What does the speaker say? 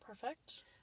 Perfect